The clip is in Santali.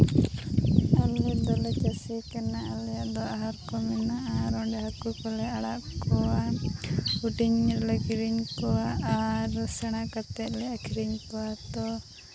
ᱟᱞᱮ ᱫᱚᱞᱮ ᱪᱟᱹᱥᱤ ᱠᱟᱱᱟ ᱟᱞᱮᱭᱟᱜ ᱫᱚ ᱟᱦᱟᱨ ᱠᱚ ᱢᱮᱱᱟᱜᱼᱟ ᱟᱨ ᱚᱸᱰᱮ ᱦᱟᱹᱠᱩ ᱠᱚᱞᱮ ᱟᱲᱟᱜ ᱠᱚᱣᱟ ᱦᱩᱰᱤᱧ ᱨᱮᱞᱮ ᱠᱤᱨᱤᱧ ᱠᱚᱣᱟ ᱟᱨ ᱥᱮᱬᱟ ᱠᱟᱛᱮ ᱞᱮ ᱟᱹᱠᱷᱨᱤᱧ ᱠᱚᱣᱟ ᱛᱳ